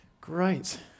Great